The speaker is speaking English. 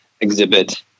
exhibit